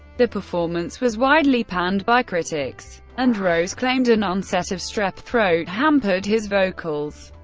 the performance was widely panned by critics, and rose claimed an onset of strep throat hampered his vocals.